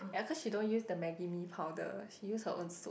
ya cause she don't use the Maggi Mee powder she use her own soup